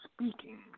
speaking